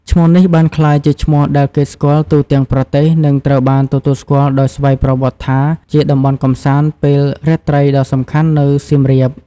ឈ្មោះនេះបានក្លាយជាឈ្មោះដែលគេស្គាល់ទូទាំងប្រទេស និងត្រូវបានទទួលស្គាល់ដោយស្វ័យប្រវត្តិថាជាតំបន់កម្សាន្តពេលរាត្រីដ៏សំខាន់នៅសៀមរាប។